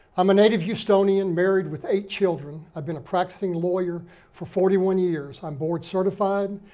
i'm a native houstonian, married with eight children. i've been a practicing lawyer for forty one years. i'm board certified.